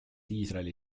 iisraeli